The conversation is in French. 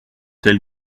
tel